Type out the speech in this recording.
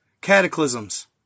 Cataclysms